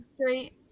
straight